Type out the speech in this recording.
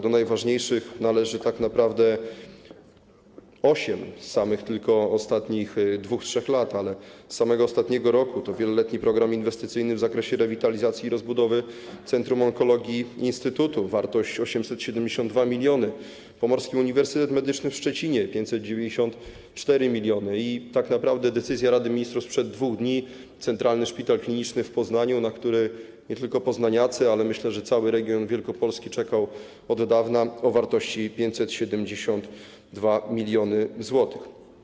Do najważniejszych należy tak naprawdę osiem tylko z ostatnich 2–3 lat, ale z samego ostatniego roku to wieloletni pogram inwestycji w zakresie rewitalizacji i rozbudowy Centrum Onkologii - Instytut..., wartość - 872 mln, Pomorski Uniwersytet Medyczny w Szczecinie - 594 mln, a także - to tak naprawdę decyzja Rady Ministrów sprzed 2 dni - centralny szpital kliniczny w Poznaniu, na który nie tylko poznaniacy, ale także, myślę, cały region Wielkopolski czekali od dawna, o wartości 572 mln zł.